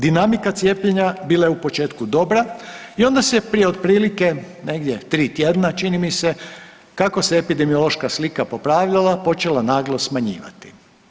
Dinamika cijepljenja bila je u početku dobra i onda se prije otprilike, negdje 3 tjedna, čini mi se, kako se epidemiološka slika popravljala, počela naglo smanjivati.